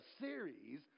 series